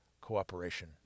cooperation